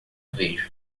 vejo